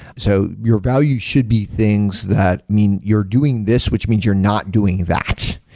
so your value should be things that mean you're doing this, which means you're not doing that.